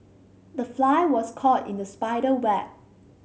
the fly was caught in the spider web